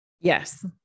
Yes